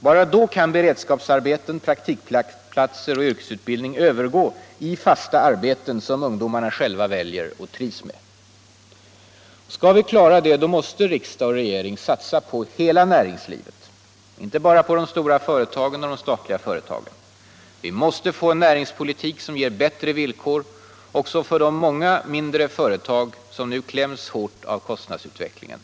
Bara då kan beredskapsarbeten, praktikplatser och yrkesutbildning övergå i fasta arbeten som ungdomarna själva väljer och trivs med. Skall vi klara det måste riksdag och regering satsa på hela näringslivet, inte bara på de stora företagen och de statliga företagen. Vi måste få en näringspolitik som ger bättre villkor också för de många mindre företag som nu kläms hårt av kostnadsutvecklingen.